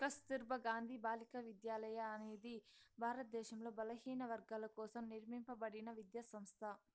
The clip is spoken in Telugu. కస్తుర్బా గాంధీ బాలికా విద్యాలయ అనేది భారతదేశంలో బలహీనవర్గాల కోసం నిర్మింపబడిన విద్యా సంస్థ